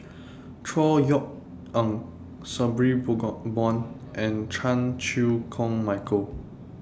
Chor Yeok Eng Sabri Buang and Chan Chew Koon Michael